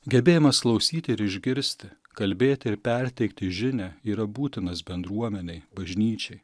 gebėjimas klausyti ir išgirsti kalbėti ir perteikti žinią yra būtinas bendruomenei bažnyčiai